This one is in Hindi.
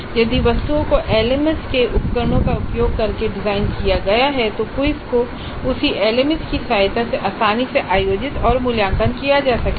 यदि वस्तुओं को एलएमएस के उपकरणों का उपयोग करके डिजाइन किया गया है तो क्विज़ को उसी एलएमएस की सहायता से आसानी से आयोजित और मूल्यांकन किया जा सकता है